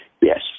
Yes